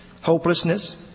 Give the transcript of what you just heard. hopelessness